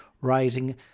rising